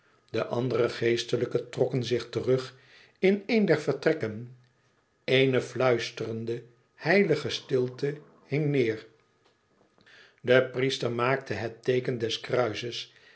de andere geestelijken trokken zich terug in een der vertrekken eene fluisterende heilige stilte hing neêr de priester maakte het teeken des kruizes